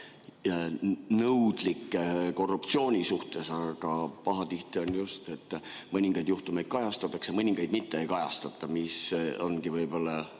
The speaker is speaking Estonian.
nõudlik korruptsiooni suhtes, aga pahatihti on just nii, et mõningaid juhtumeid kajastatakse ja mõningaid ei kajastata, mis ongivox